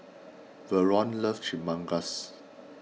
Vernon loves Chimichangas